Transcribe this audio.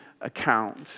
account